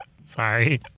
Sorry